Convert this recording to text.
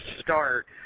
start –